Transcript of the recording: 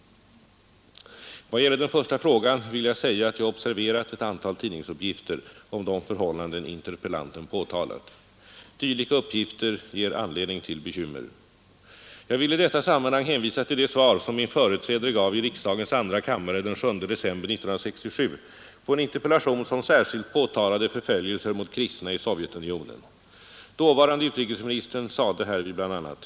I vad gäller den första frågan vill jag säga att jag observerat ett antal tidningsuppgifter om de förhållanden interpellanten påtalat. Dylika uppgifter ger anledning till bekymmer. Jag vill i detta sammanhang hänvisa till det svar som min företrädare gav i riksdagens andra kammare den 7 december 1967 på en interpellation, som särskilt påtalade förföljelser mot kristna i Sovjetunionen. Dåvarande utrikesministern sade härvid bl.a.